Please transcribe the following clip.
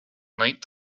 night